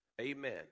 Amen